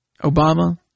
Obama